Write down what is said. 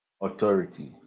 authority